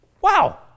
wow